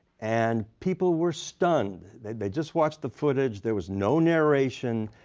and people were stunned. they just watched the footage. there was no narration.